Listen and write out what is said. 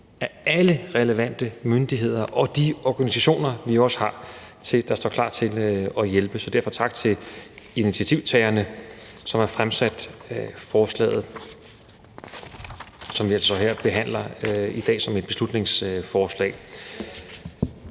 af alle relevante myndigheder og de organisationer, vi jo også har, der står klar til at hjælpe. Så derfor tak til initiativtagerne bag borgerforslaget, som vi så her i dag behandler som et beslutningsforslag.